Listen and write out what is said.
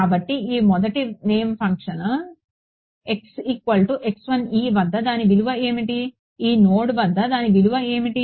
కాబట్టి ఈ మొదటి షేప్ ఫంక్షన్ x వద్ద దాని విలువ ఏమిటి ఈ నోడ్ వద్ద దాని విలువ ఏమిటి